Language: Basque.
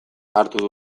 hartu